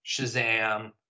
Shazam